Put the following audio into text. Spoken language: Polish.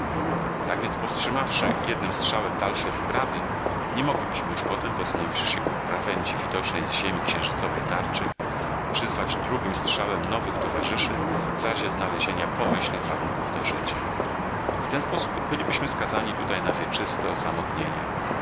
tak więc powstrzymawszy jednym strzałem dalsze wyprawy nie moglibyśmy już potem posunąwszy się ku krawędzi widocznej z ziemi księżycowej tarczy przyzwać drugim strzałem nowych towarzyszy w razie znalezienia pomyślnych warunków do życia w ten sposób bylibyśmy skazani tutaj na